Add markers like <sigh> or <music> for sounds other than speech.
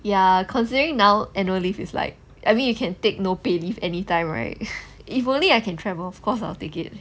ya considering now annual leave is like I mean you can take no pay leave anytime right <breath> if only I can travel of course I'll take it